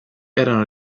erano